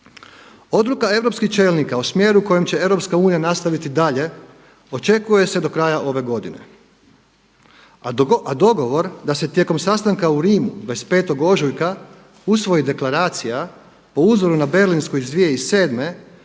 Odluka europskih čelnika o smjeru u kojem će EU nastaviti dalje očekuje se do kraja ove godine, a dogovor da se tijekom sastanka u Rimu 25. ožujka usvoji deklaracija po uzoru na berlinsku iz 2007.